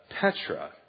petra